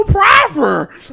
proper